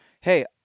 Hey